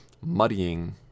muddying